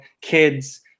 kids